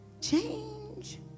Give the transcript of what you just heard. Change